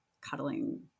cuddling